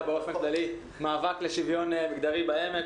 באופן כללי מאבק לשוויון מגדרי בעמק,